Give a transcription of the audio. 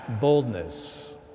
boldness